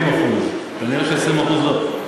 זה על-פי, 80%. כנראה, 20% לא.